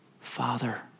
Father